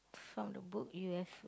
from the book you have